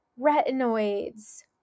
retinoids